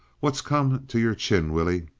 what's come to your chin, willie?